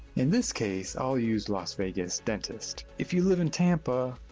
in this case i'll use las vegas dentist. if you live in tampa,